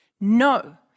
no